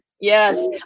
Yes